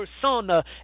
persona